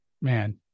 man